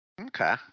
Okay